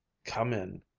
come in,